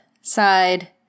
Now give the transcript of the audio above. side